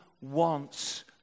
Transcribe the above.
wants